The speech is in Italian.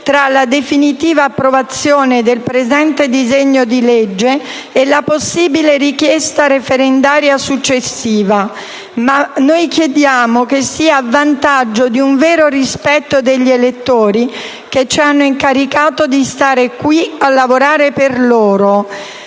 tra la definitiva approvazione del presente disegno di legge e la possibile richiesta referendaria successiva. Noi chiediamo che sia a vantaggio di un vero rispetto degli elettori che ci hanno incaricato di stare qui a lavorare per loro.